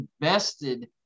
invested